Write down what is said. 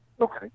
Okay